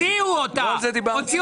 הוציאו את הערבים,